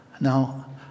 Now